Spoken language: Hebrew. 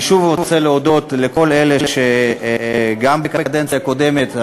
אני שוב רוצה להודות לכל אלה שגם בקדנציה הקודמת,